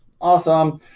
awesome